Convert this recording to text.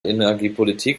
energiepolitik